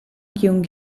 jung